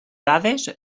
dades